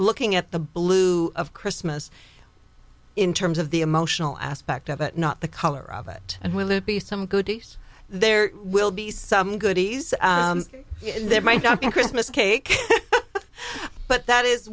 looking at the blue of christmas in terms of the emotional aspect of it not the color of it and will it be some yes there will be some goodies there might be christmas cake but that is